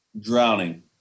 drowning